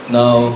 Now